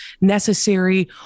necessary